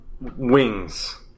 wings